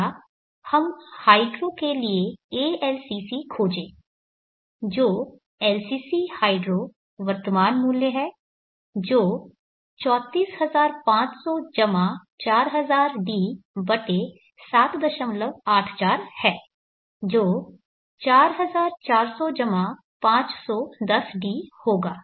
अगला हम हाइड्रो के लिए ALCC खोजें जो LCC हाइड्रो वर्तमान मूल्य है जो 34500 4000d784 है जो 4400 510d होगा